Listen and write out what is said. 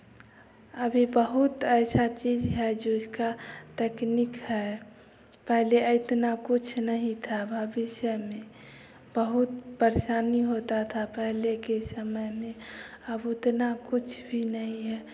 अभी बहुत ऐसा चीज़ है जो इसका तकनीक है पहले इतना कुछ नहीं था भविष्य में बहुत परेशानी होता था पहले के समय में अब उतना कुछ भी नहीं है